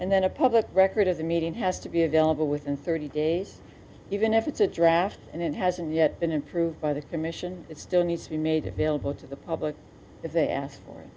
and then a public record of the meeting has to be available within thirty days even if it's a draft and it hasn't yet been improved by the commission it still needs to be made available to the public if they ask for